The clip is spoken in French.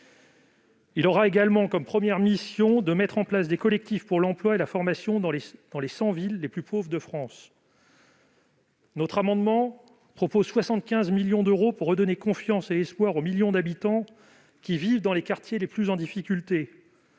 Il aura également comme première mission de mettre en place des collectifs pour l'emploi et la formation dans les 100 villes les plus pauvres de France. Notre amendement propose 75 millions d'euros pour redonner confiance et espoir aux millions d'habitants qui vivent dans les quartiers les plus en difficulté,